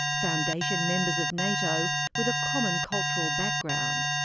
foundation members of nato, with a common cultural background.